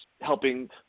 helping